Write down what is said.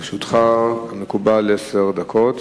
לרשותך, מקובל עשר דקות.